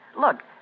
Look